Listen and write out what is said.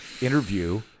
interview